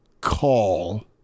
call